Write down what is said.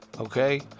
Okay